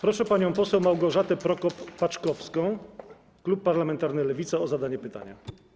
Proszę panią poseł Małgorzatę Prokop-Paczkowską, klub parlamentarny Lewicy, o zadanie pytania.